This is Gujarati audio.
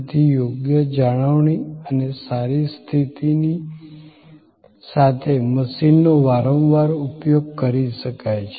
તેથી યોગ્ય જાળવણી અને સારી સ્થિતિની સાથે મશીનનો વારંવાર ઉપયોગ કરી શકાય છે